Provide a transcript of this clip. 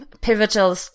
pivotal